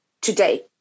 today